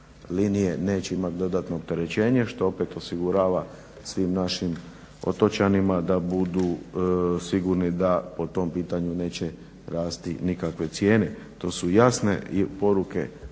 neće imati dodatno opterećenje, što opet osigurava svim našim otočanima da budu sigurni da po tom pitanju neće rasti nikakve cijene. To su jasne poruke